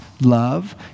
love